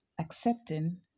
accepting